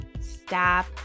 stop